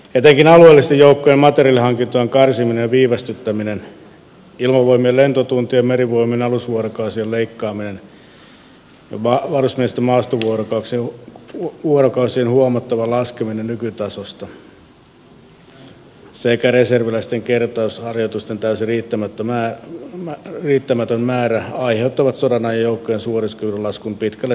etenkin alueellisten joukkojen materiaalihankintojen karsiminen ja viivästyttäminen ilmavoimien lentotuntien ja merivoimien alusvuorokausien leikkaaminen varusmiesten maastovuorokausien huomattava vähentäminen nykytasosta sekä reserviläisten kertausharjoitusten täysin riittämätön määrä aiheuttavat sodanajan joukkojen suorituskyvyn laskun pitkälle tulevaisuuteen